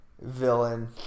Villain